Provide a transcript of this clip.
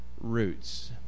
roots